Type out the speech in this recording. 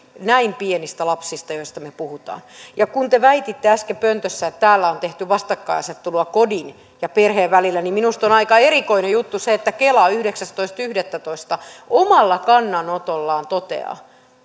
näin pienistä lapsista ja kun te väititte äsken pöntössä että täällä on tehty vastakkainasettelua kodin ja perheen välillä niin minusta on aika erikoinen juttu se että kela yhdeksästoista yhdettätoista omalla kannanotollaan toteaa